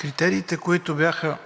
Критериите, които бяха